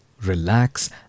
relax